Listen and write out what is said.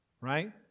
right